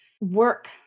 work